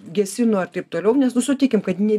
gesino ir taip toliau nes sutikim kad ne